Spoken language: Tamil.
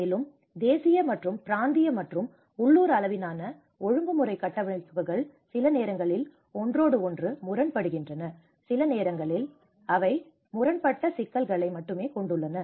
மேலும் தேசிய மற்றும் பிராந்திய மற்றும் உள்ளூர் அளவிலான ஒழுங்குமுறை கட்டமைப்புகள் சில நேரங்களில் ஒன்றோடு ஒன்று முரண்படுகின்றன சில நேரங்களில் அவை முரண்பட்ட சிக்கல்களை மட்டுமே கொண்டுள்ளன